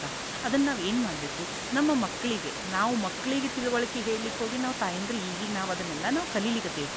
ಅದನ್ನ ನಾವು ಏನು ಮಾಡಬೇಕು ನಮ್ಮ ಮಕ್ಕಳಿಗೆ ನಾವು ಮಕ್ಕಳಿಗೆ ತಿಳುವಳಿಕೆ ಹೇಳ್ಲಿಕ್ಕೆ ಹೋಗಿ ನಾವು ತಾಯಂದ್ರು ಈಗೀಗ ನಾವು ಅದನ್ನೆಲ್ಲ ನಾವು ಕಲಿಲಿಕತ್ತಿವಿ